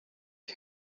ati